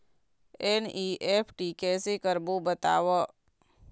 NEFT कैसे करबो बताव?